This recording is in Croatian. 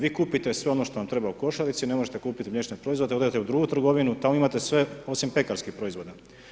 Vi kupite sve ono što vam treba u košarici, ne možete kupiti mliječne proizvode, odete u drugu trgovinu, tamo imate sve osim pekarskih proizvoda.